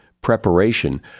preparation